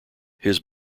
his